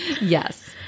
Yes